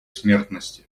смертности